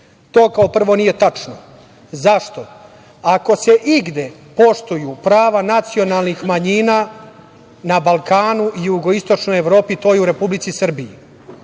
prvo, to nije tačno. Zašto? Ako se igde poštuju prava nacionalnih manjina na Balkanu i jugoistočnoj Evropi, to je u Republici Srbiji,